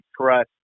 trust